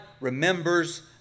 remembers